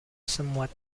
somewhat